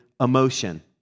emotion